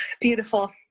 beautiful